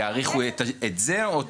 ב-30 ביוני יאריכו את זה או את החוק הקודם?